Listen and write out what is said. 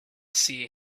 seer